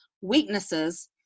weaknesses